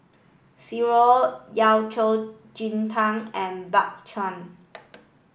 Sireh Yao Cai Ji Tang and Bak Chang